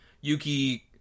Yuki